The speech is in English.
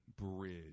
bridge